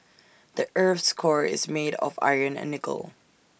the Earth's core is made of iron and nickel